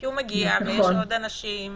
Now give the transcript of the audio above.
כי הוא מגיע ויש עוד אנשים